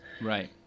Right